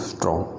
Strong